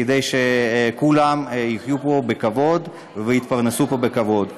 כדי שכולם יחיו פה בכבוד ויתפרנסו פה בכבוד.